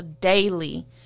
daily